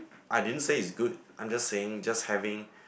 I didn't say is good I'm just saying just having